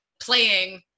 playing